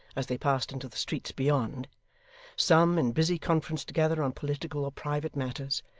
as they passed into the street beyond some, in busy conference together on political or private matters,